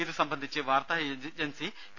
ഇതു സംബന്ധിച്ച് വാർത്താ ഏജൻസി പി